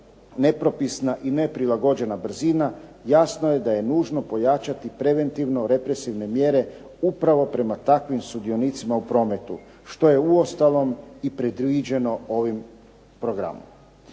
nepropisna i neprilagođena brzina jasno je da je nužno pojačati preventivno-represivne mjere upravo prema takvim sudionicima u prometu što je uostalom i predviđeno ovim programom.